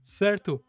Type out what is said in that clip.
certo